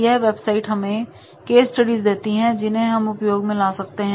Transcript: यह वेबसाइट हमें case studies देती हैं जिन्हें हम उपयोग में ला सकते हैं